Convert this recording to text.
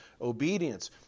obedience